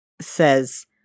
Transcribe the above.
says